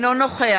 מצביע